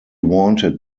wanted